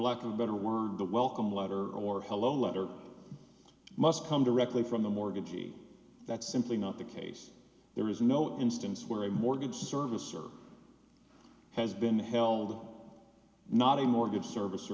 lack of a better word the welcome letter or hello letter must come directly from the mortgagee that's simply not the case there is no instance where a mortgage servicer has been held not a mortgage service